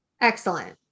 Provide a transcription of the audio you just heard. Excellent